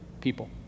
people